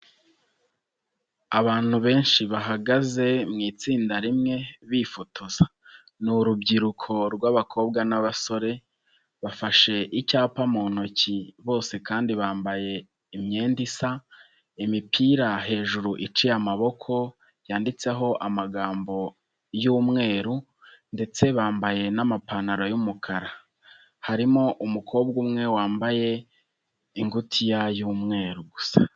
Abantu benshi bahagaze mu itsinda rimwe bifotoza, ni urubyiruko rw'abakobwa n'abasore bafashe icyapa mu ntoki bose kandi bambaye imyenda isa, imipira hejuru iciye amaboko yanditseho amagambo y'umweru ndetse bambaye n'amapantaro y'umukara, harimo umukobwa umwe wambaye ingutiya y'umweru gusa.